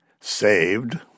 saved